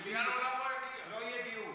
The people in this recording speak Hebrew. מליאה, לא יהיה דיון.